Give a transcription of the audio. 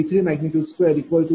00010992 p